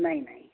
نہیں نہیں